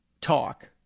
talk